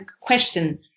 question